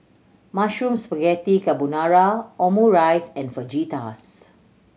Mushroom Spaghetti Carbonara Omurice and Fajitas